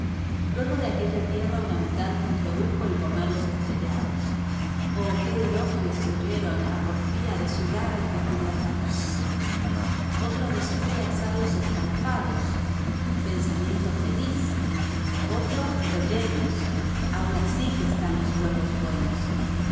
luego de aquella tierra un habitante introdujo el comerlos estrellados oh qué elogios se oyeron a porfía de su rara y fecunda fantasía otro discurre hacerlos escalfados pensamiento feliz otro rellenos ahora sí que están los huevos buenos